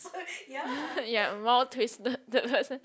ya more twisted the person